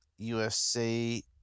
UFC